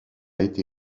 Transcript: été